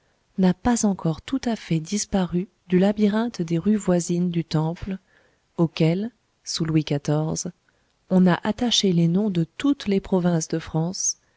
n'a pas encore tout à fait disparu du labyrinthe des rues voisines du temple auxquelles sous louis xiv on a attaché les noms de toutes les provinces de france